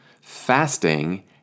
fasting